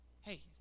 hey